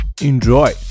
Enjoy